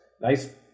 Nice